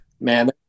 man